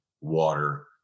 water